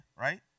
Right